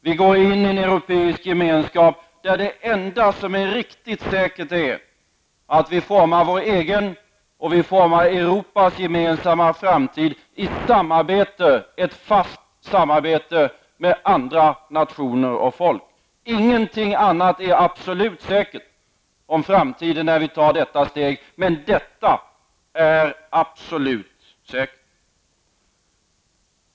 Vi går in i en europeisk gemenskap där det enda som är riktigt säkert är att vi formar vår egen och Europas gemensamma framtid i ett fast samarbete med andra nationer och folk. Ingenting annat är absolut säkert om framtiden när vi tar detta steg.